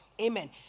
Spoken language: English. amen